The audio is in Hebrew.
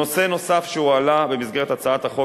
נושא נוסף שהועלה במסגרת הצעת החוק,